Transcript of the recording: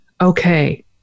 okay